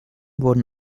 wurden